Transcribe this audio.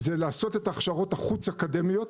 לעשות את ההכשרות החוץ-אקדמיות,